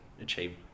achieve